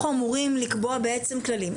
אנחנו אמורים לקבוע בעצם כללים.